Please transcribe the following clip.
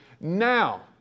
Now